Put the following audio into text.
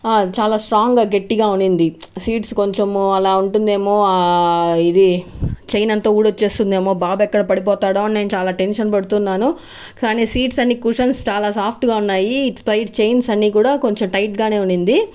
చాలా స్ట్రాంగ్ గా గట్టిగా ఉనింది సీట్స్ కొంచెం అలా ఉంటుందేమో ఇది చైన్ అంతా ఊడు వచ్చేస్తుందో బాబు ఎక్కడ పడిపోతాడో అని నేను టెన్షన్ పడుతున్నాను కానీ సీట్స్ అన్ని కుషన్స్ చాలా సాఫ్ట్ గా ఉన్నాయి ఇటు సైడు చైన్స్ అన్ని కూడా కొంచెం టైట్ గానే ఉనింది